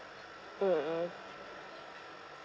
mm mmhmm